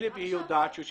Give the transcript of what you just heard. והיא יודעת שהוא יושב בכלא.